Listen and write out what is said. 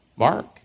Mark